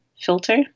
filter